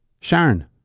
Sharon